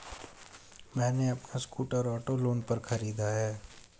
मैने अपना scooter auto loan पर खरीदा है